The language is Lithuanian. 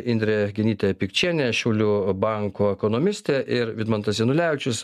indrė genytė pikčienė šiaulių banko ekonomistė ir vidmantas janulevičius